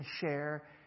share